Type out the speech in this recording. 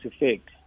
effect